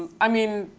i mean,